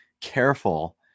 careful